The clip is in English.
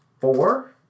four